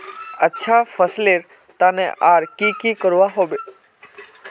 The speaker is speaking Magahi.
अच्छा फसलेर तने आर की की करवा होबे?